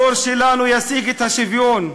הדור שלנו ישיג את השוויון.